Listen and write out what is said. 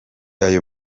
ayo